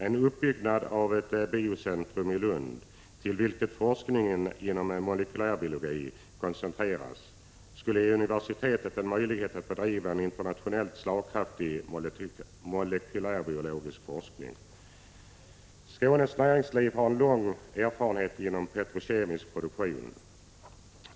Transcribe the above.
En uppbyggnad av ett Biocentrum i Lund, till vilket forskningen inom molekylärbiologi koncentrerades, skulle ge universitetet en möjlighet att bedriva en internationellt slagkraftig molekylärbiologisk forskning. Skånes näringsliv har en lång erfarenhet inom petrokemisk produktion.